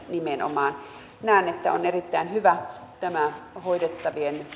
nimenomaan kokonaistilanne näen että on erittäin hyvä tämä mahdollisuus nostaa hoidettavien